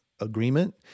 agreement